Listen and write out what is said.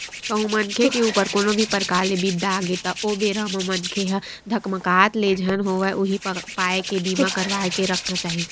कहूँ मनखे के ऊपर कोनो भी परकार ले बिपदा आगे त ओ बेरा म मनखे ह धकमाकत ले झन होवय उही पाय के बीमा करवा के रखना चाही